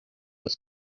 was